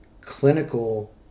clinical